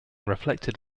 reflected